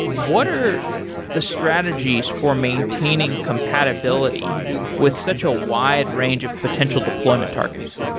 what are the strategies for maintaining compatibility with such a wide range of potential deployment targets?